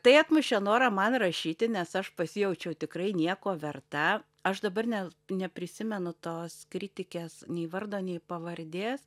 tai atmušė norą man rašyti nes aš pasijaučiau tikrai nieko verta aš dabar ne neprisimenu tos kritikės nei vardo nei pavardės